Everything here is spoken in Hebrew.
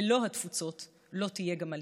ללא התפוצות לא תהיה גם עלייה.